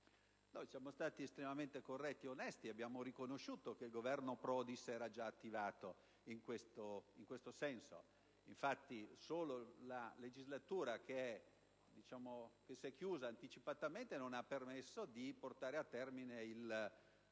Noi siamo stati estremamente corretti e onesti, e abbiamo riconosciuto che il Governo Prodi si era già attivato in questo senso. Infatti, solo la legislatura che si è chiusa anticipatamente non ha permesso di portare a termine l'Atto